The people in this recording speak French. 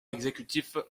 exécutif